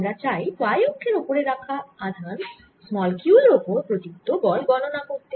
আমরা চাই y অক্ষের ওপরে রাখা আধান q এর ওপর প্রযুক্ত বল গণনা করতে